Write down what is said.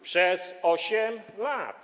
Przez 8 lat.